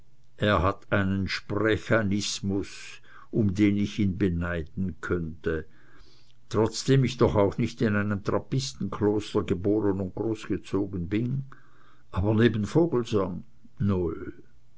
er hat einen sprechanismus um den ich ihn beneiden könnte trotzdem ich doch auch nicht in einem trappistenkloster geboren und großgezogen bin aber neben vogelsang null